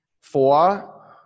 four